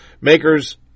makers